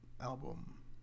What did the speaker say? album